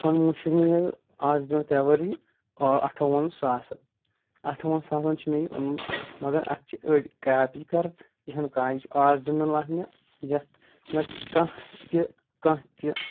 اوٚنمُت چھُ مےٚ یہِ آز برونٛہہ ترٛےٚ ؤری اَٹھووُہَن ساسَن اَٹھووُہن ساسَن چھُ مےٚ یہِ اوٚنمُت مَگر اَتھ چھ أڈۍ کَاپی کران یہِ چھُنہٕ کاپی یہِ چھِ ارجِنل اکھ مےٚ یَتھ نہٕ کانٛہہ تہِ کاںٛہہ تہِ